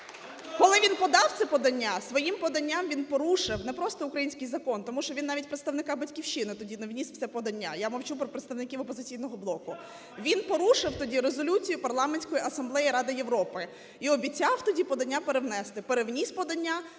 Коли він подав це подання, своїм поданням він порушив не просто український закон, тому що він навіть представника "Батьківщини" тоді не вніс в це подання, я мовчу про представників "Опозиційного блоку". Він порушив тоді резолюцію Парламентської Асамблеї Ради Європи і обіцяв тоді подання перевнести. Перевніс подання